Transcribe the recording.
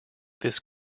this